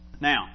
Now